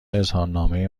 اظهارنامه